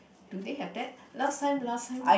do they have that last time last time